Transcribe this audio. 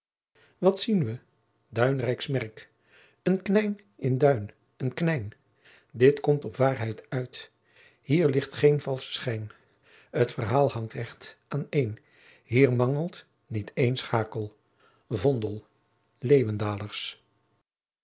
wat zien we duinrijcks merck een knijn in duin een knijn dit komt op waerheit uit hier lieght geen valsche schijn t verhael hangt hecht aen een hier mangelt niet een schakel